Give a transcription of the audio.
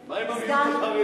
מה עם המיעוט החרדי?